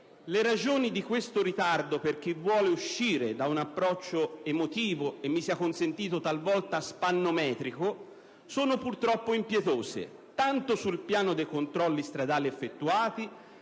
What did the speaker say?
Le ragioni di questo ritardo, per chi vuole uscire da un approccio emotivo e - mi sia consentito - talvolta "spannometrico", sono purtroppo impietose, tanto sul piano dei controlli stradali effettuati,